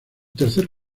tercer